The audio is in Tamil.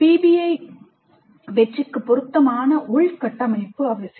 பிபிஐ வெற்றிக்கு பொருத்தமான உள்கட்டமைப்பு அவசியம்